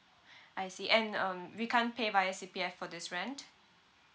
I see and um we can't pay via C_P_F for this rent